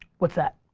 what's that?